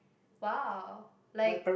!wow! like